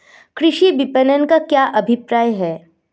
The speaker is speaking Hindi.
कृषि विपणन का क्या अभिप्राय है?